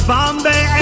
Bombay